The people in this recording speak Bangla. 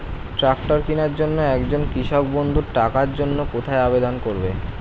ট্রাকটার কিনার জন্য একজন কৃষক বন্ধু টাকার জন্য কোথায় আবেদন করবে?